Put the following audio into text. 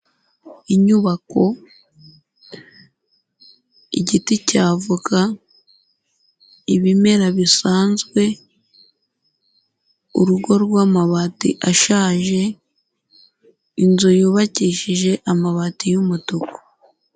Inyubako, igiti cya voka, ibimera bisanzwe, urugo rw'amabati ashaje, inzu yubakishije amabati y'umutuku.